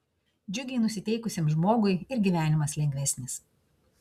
džiugiai nusiteikusiam žmogui ir gyvenimas lengvesnis